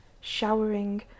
Showering